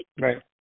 Right